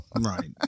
Right